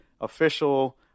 official